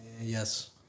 Yes